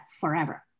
forever